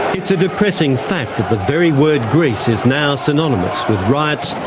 it's a depressing fact that the very word greece is now synonymous with riots,